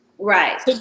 Right